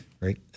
Right